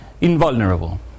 invulnerable